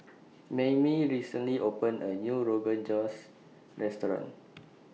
Maymie recently opened A New Rogan Josh Restaurant